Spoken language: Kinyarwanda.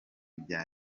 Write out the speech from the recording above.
bya